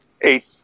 eight